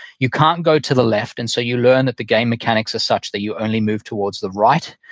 you can't go to the left and so you learn that the game mechanics are such that you only move towards the right.